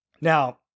Now